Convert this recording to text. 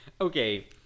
Okay